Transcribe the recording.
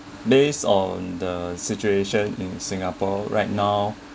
based on the situation in singapore right now